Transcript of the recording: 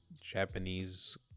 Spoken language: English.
Japanese